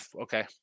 Okay